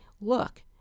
look